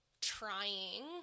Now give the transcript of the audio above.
trying